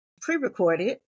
pre-recorded